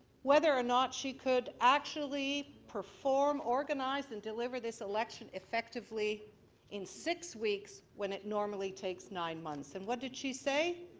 whether or not she could actually perform, organize and deliver the election effectively in six weeks when it normally takes nine months. and what did she say?